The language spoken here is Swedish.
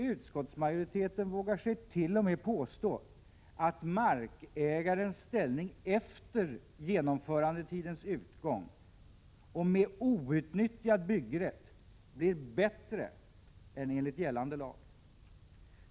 Utskottsmajoriteten vågar t.o.m. påstå att markägarens ställning efter genomförandetidens utgång och med outnyttjad byggrätt blir bättre än enligt gällande lag.